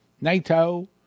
NATO